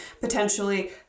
potentially